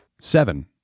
Seven